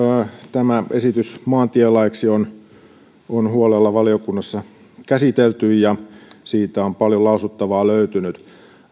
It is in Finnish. tämä esitys maantielaiksi on valiokunnassa huolella käsitelty ja siitä on paljon lausuttavaa löytynyt